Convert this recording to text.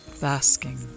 basking